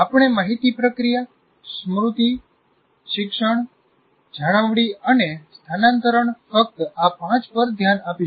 આપણે માહિતી પ્રક્રિયા સ્મૃતિ શિક્ષણ જાળવણી અને સ્થાનાંતરણ ફક્ત આ પાંચ પર ધ્યાન આપીશું